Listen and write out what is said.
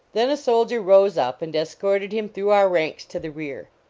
then a soldier rose up and escorted him through our ranks to the rear.